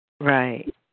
Right